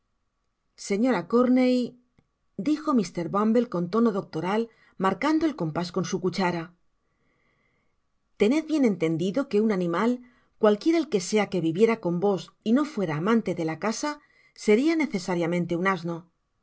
señora corney dijo mr dumble con tono doctoral marcando el compás con su cuchara tened bien entendido que un animal cualquiera que el sea que viviera con vos y no fuera amante de la casa seria necesariamente un asno